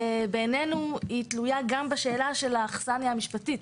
בעינינו היא תלויה גם בשאלה של האכסניה המשפטית,